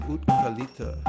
Utkalita